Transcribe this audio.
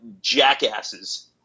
jackasses